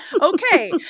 Okay